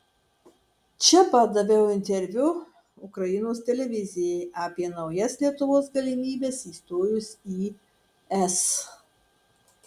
čia pat daviau interviu ukrainos televizijai apie naujas lietuvos galimybes įstojus į es